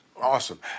Awesome